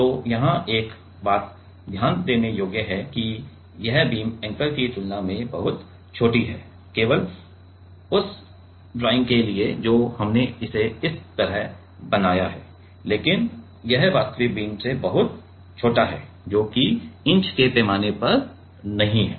तो यहाँ एक बात ध्यान देने योग्य है कि यह बीम एंकर की तुलना में बहुत छोटी हैं केवल उस ड्राइंग के लिए जो हमने इसे इस तरह बनाया है लेकिन यह वास्तविक बीम से बहुत छोटा है जो कि इंच के पैमाने पर नहीं है